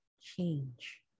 change